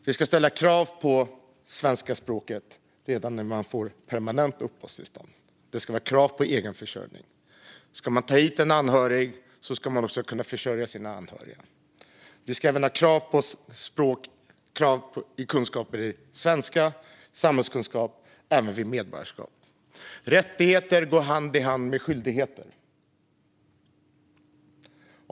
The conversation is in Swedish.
Vi ska ställa krav på färdigheter i svenska språket redan när man får permanent uppehållstillstånd. Det ska vara krav på egenförsörjning. Ska man ta hit anhöriga ska man också kunna försörja dem. Det ska finnas krav på kunskaper i svenska och i samhällskunskap även vid medborgarskap. Rättigheter går hand i hand med skyldigheter.